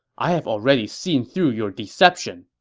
i have already seen through your deception.